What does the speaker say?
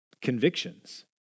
convictions